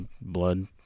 blood